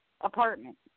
apartment